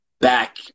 Back